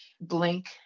Blink